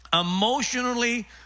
emotionally